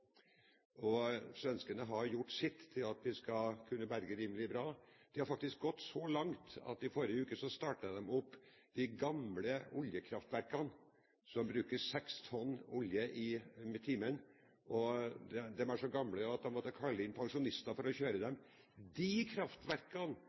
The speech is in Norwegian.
normalår. Svenskene har gjort sitt til at vi skal kunne berge det rimelig bra. De har faktisk gått så langt at de i forrige uke startet opp de gamle oljekraftverkene, som bruker seks tonn olje i timen. De er så gamle at de måtte kalle inn pensjonister for å kjøre